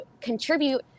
contribute